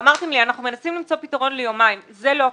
ואמרתם לי שאתם מנסים למצוא פתרון ליומיים זה לא הפתרון.